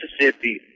Mississippi